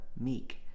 meek